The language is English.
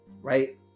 right